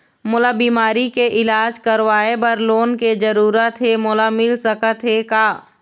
मोला बीमारी के इलाज करवाए बर लोन के जरूरत हे मोला मिल सकत हे का?